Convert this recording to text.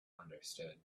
understood